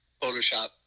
Photoshop